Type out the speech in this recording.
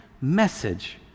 message